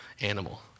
animal